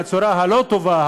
הצורה הלא-טובה,